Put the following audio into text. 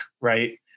right